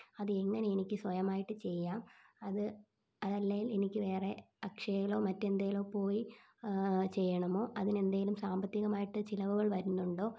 അതെങ്ങനെ എനിക്ക് സ്വയമായിട്ട് ചെയ്യാം അത് അതല്ലെങ്കിൽ എനിക്ക് വേറെ അക്ഷയയിലോ മറ്റെന്തേലോ പോയി ചെയ്യണമോ അതിനെന്തെങ്കിലും സാമ്പത്തികമായിട്ട് ചിലവുകൾ വരുന്നുണ്ടോ